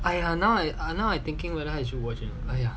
!aiya! now I now I thinking whether you should watch !aiya!